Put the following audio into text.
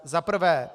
Za prvé.